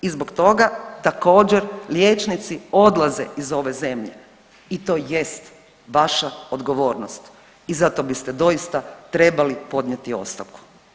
I zbog toga također liječnici odlaze iz ove zemlje i to jest vaša odgovornost i zato biste doista trebali podnijeti ostavku.